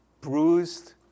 bruised